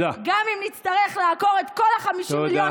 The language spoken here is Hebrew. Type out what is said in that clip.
גם אם נצטרך לעקור את כל 50 מיליון